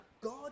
God